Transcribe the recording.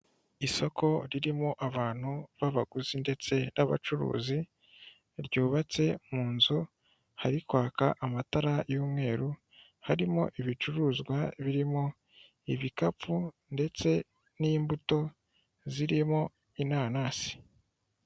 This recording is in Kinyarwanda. Isoko ririmo abantu b'abaguzi ndetse n'abacuruzi, ryubatse mu nzu hari kwaka amatara y'umweru, harimo ibicuruzwa birimo ibikapu ndetse n'imbuto zirimo inanasi.